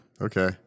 Okay